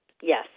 Yes